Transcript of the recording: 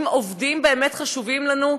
אם עובדים באמת חשובים לנו,